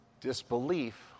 Disbelief